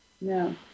No